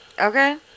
Okay